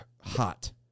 hot